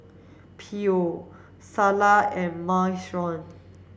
Pho Salsa and Minestrone